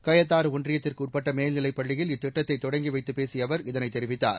கயத்தாறு ஒன்றியத்திற்கு உட்பட்ட மேல்நிலைப் பள்ளியில் இத்திட்டத்தை தொடங்கி வைத்துப் பேசிய அவர் இதனைத் தெரிவித்தார்